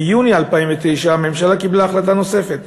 ביוני 2009 הממשלה קיבלה החלטה נוספת,